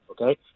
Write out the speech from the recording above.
okay